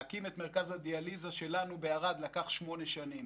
להקים את מרכז הדיאליזה שלנו בערד לקח שמונה שנים.